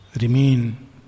remain